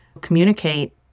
communicate